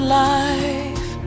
life